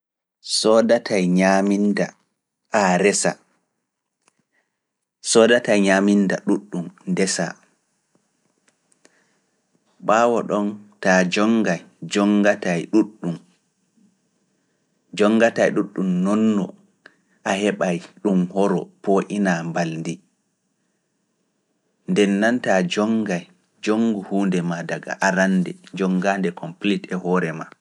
Soodatay ñaaminda a resa, soodatay ñaaminda ɗuuɗɗum horoo pooyina mbalndi. Nde nantaa jonngay jonngu huunde maa daga arande jonngaande kompleet e hoore maa.